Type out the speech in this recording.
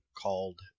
called